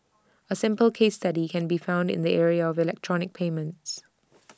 A simple case study can be found in the area of electronic payments